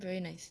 very nice